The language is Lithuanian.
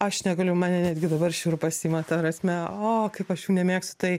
aš negaliu mane netgi dabar šiurpas ima ta prasme o kaip aš jų nemėgstu tai